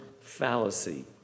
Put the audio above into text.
fallacy